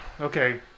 okay